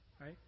right